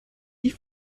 die